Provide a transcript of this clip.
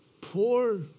Poor